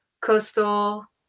coastal